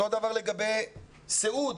אותו דבר לגבי סיעוד